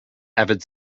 avid